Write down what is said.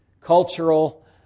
cultural